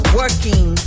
working